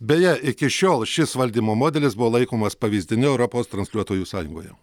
beje iki šiol šis valdymo modelis buvo laikomas pavyzdiniu europos transliuotojų sąjungoje